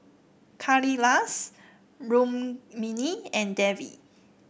Kailash Rukmini and Devi